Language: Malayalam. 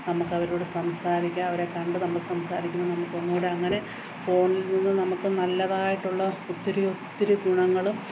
നമുക്കവരോട് സംസാരിക്കാൻ അവരെ കണ്ടു നമ്മൾ സംസാരിക്കണോ നമുക്ക് ഒന്നു കൂടി അങ്ങനെ ഫോണിൽ നിന്നു നമുക്ക് നല്ലാതായിട്ടുള്ള ഒത്തിരി ഒത്തിരി ഗുണങ്ങളും